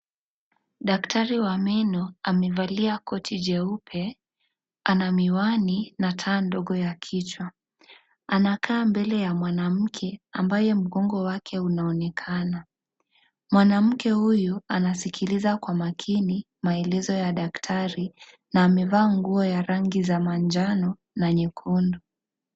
Daktari wa meno amevalia koti jeupe ana miwani na taa ndogo ya kichwa, anakaa mbele ya mwanamke ambaye mgongo wake unaonekana, mwanamke huyu anasikiliza kwa makini maelezo ya daktari na amevaa nguo ya rangi ya manjano na nyekundu.